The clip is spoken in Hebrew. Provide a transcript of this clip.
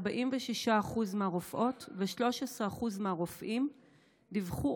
46% מהרופאות ו-13% מהרופאים דיווחו